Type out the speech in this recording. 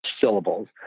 syllables